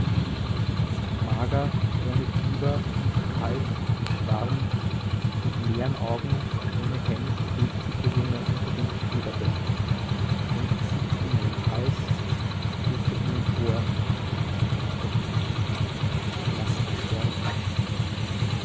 ohne fieber nicht kalt nicht warm mit leeren augen ohne hemd hebt sich der junge unter dem federbett hängt sich an meinen hals flüstert mir ins ohr doktor laß mich sterben